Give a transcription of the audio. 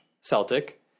Celtic